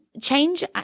change